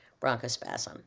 bronchospasm